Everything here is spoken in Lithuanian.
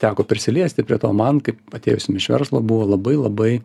teko prisiliesti prie to man kaip atėjusiam iš verslo buvo labai labai